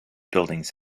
buildings